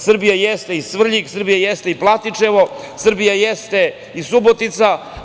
Srbija jeste i Svrljig, Srbija jeste i Platičevo, Srbije jeste i Subotica.